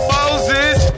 Moses